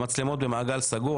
המצלמות במעגל סגור,